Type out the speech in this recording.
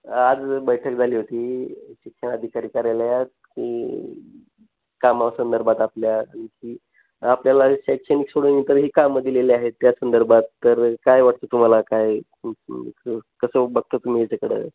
आज बैठक झाली होती शिक्षण अधिकारी कार्यालयात की कामासंदर्भात आपल्या आणखी आपल्याला शैक्षणिकसोडून इतर हे कामं दिलेले आहेत त्या संदर्भात तर काय वाटतं तुम्हाला काय कसं बघतं तुम्ही याच्याकडं